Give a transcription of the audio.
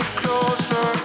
closer